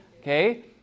Okay